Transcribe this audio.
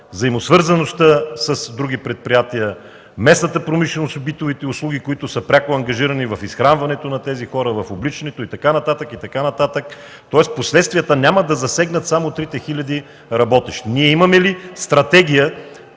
взаимната свързаност с други предприятия, местната промишленост и битовите услуги, пряко ангажирани в изхранването на тези хора – в обличането им и така нататък, тоест последствията няма да засегнат само тези 3 хил. работещи. Имаме ли стратегия,